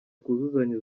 twuzuzanye